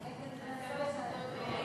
אם